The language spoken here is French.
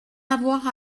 avoir